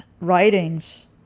writings